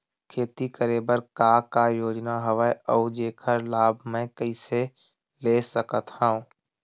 खेती करे बर का का योजना हवय अउ जेखर लाभ मैं कइसे ले सकत हव?